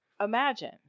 imagine